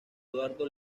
eduardo